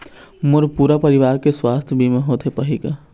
मोर पूरा परवार के सुवास्थ बीमा होथे पाही का?